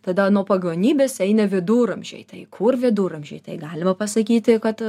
tada nuo pagonybės eina viduramžiai tai kur viduramžiai tai galima pasakyti kad